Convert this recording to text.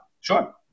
Sure